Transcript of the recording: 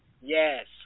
Yes